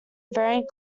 varying